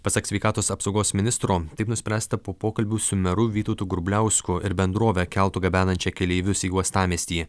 pasak sveikatos apsaugos ministro taip nuspręsta po pokalbių su meru vytautu grubliausku ir bendrove keltu gabenančia keleivius į uostamiestį